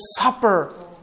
Supper